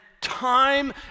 time